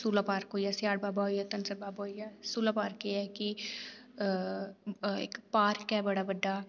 सुल्ला park होइया सियाढ़ बाबा होइया धनसर बाबा होइया सिल्ला पार्क एह् ऐ की इक पार्क ऐ बड़ा बड्डा